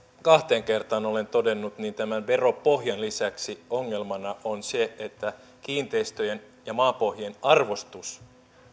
kahteen kertaan olen todennut tämän veropohjan lisäksi ongelmana on se että kiinteistöjen ja maapohjien arvostus